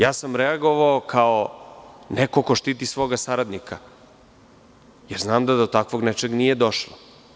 Ja sam reagovao kao neko ko štiti svog saradnika, jer znam da do takvog nečega nije došlo.